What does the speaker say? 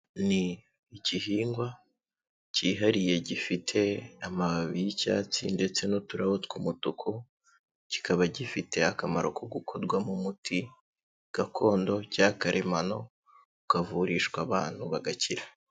Ni igihingwa cyihariye gifite amababi y'icyatsi ndetse n'uturabo tw'umutuku, kikaba gifite akamaro ko gukorwamo umuti gakondo cyangwa karemano, ukavurishwa abantu bagakira.